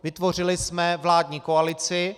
Vytvořili jsme vládní koalici.